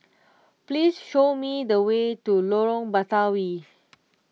please show me the way to Lorong Batawi